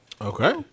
okay